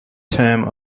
term